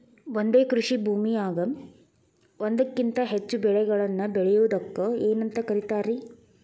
ಒಂದೇ ಕೃಷಿ ಭೂಮಿಯಾಗ ಒಂದಕ್ಕಿಂತ ಹೆಚ್ಚು ಬೆಳೆಗಳನ್ನ ಬೆಳೆಯುವುದಕ್ಕ ಏನಂತ ಕರಿತಾರಿ?